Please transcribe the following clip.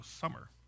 summer